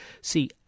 see